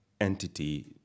entity